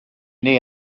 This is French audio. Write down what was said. née